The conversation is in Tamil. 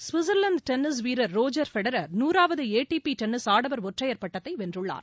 கவிட்ச்வாந்த் டென்னிஸ் வீரர் ரோஜர் பெடரர் நூறாவது ஏ டி பி டென்னிஸ் ஆடவர் ஒற்றையர் பட்டத்தை வென்றுள்ளார்